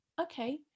okay